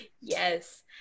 Yes